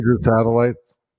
satellites